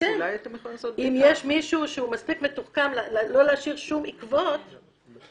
אם יש מישהו שהוא מספיק מתוחכם לא להשאיר שום עקבות --- אוקיי,